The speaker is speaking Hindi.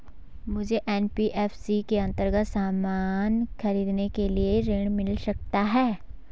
मुझे एन.बी.एफ.सी के अन्तर्गत सामान खरीदने के लिए ऋण मिल सकता है?